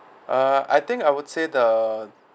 uh I think I would say the